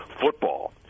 football